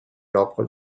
local